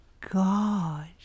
god